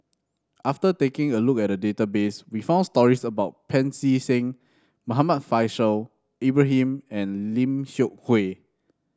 after taking a look at database we found stories about Pancy Seng Muhammad Faishal Ibrahim and Lim Seok Hui